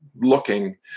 looking